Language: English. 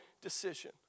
decision